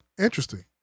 interesting